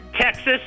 Texas